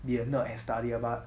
they are not as study but